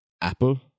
Apple